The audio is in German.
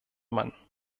man